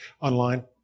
online